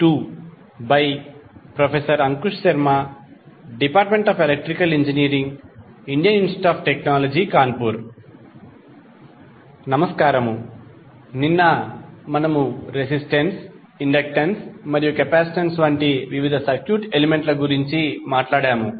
f by professor Ankush Sharma department of electrical engineering Indian institute of technology Kanpur నమస్కారము నిన్న మనము resistance inductance మరియు capacitance వంటి వివిధ సర్క్యూట్ ఎలిమెంట్ల గురించి మాట్లాడాము